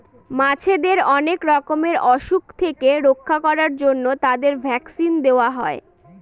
মাছেদের অনেক রকমের অসুখ থেকে রক্ষা করার জন্য তাদের ভ্যাকসিন দেওয়া হয়